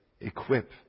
equip